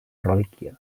relíquia